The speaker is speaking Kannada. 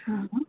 ಹಾಂ